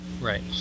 right